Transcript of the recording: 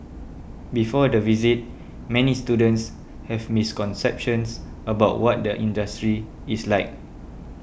before the visit many students have misconceptions about what the industry is like